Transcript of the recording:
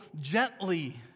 gently